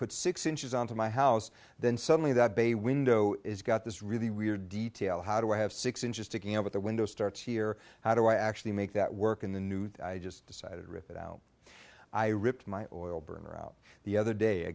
put six inches onto my house then suddenly that bay window is got this really weird detail how do i have six inches ticking over the window starts here how do i actually make that work in the new i just decided rip it out i ripped my oil burner out the other day a